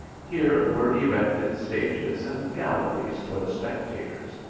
here were erected stages and galleries for the spectators,